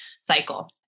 cycle